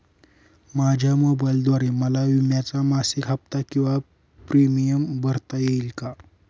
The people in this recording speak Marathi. माझ्या मोबाईलद्वारे मला विम्याचा मासिक हफ्ता किंवा प्रीमियम भरता येईल का?